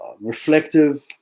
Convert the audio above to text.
reflective